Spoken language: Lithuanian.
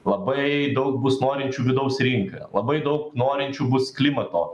labai daug bus norinčių vidaus rinka labai daug norinčių bus klimato